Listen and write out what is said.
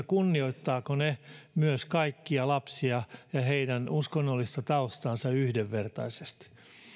kunnioittavatko ne myös kaikkia lapsia ja heidän uskonnollista taustaansa yhdenvertaisesti